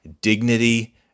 dignity